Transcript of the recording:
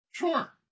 Sure